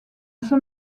son